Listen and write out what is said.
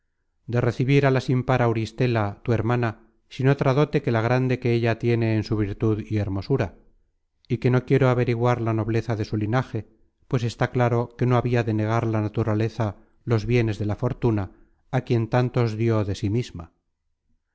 de recebir á la sin par auristela tu hermana sin otra dote que la grande que ella tiene en su virtud y hermosura y que no quiero averiguar la nobleza de su linaje pues está claro que no habia de negar naturaleza los bienes de la fortuna á quien tantos dió de sí misma